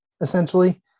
essentially